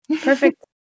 Perfect